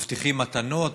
מבטיחים מתנות,